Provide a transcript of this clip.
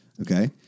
okay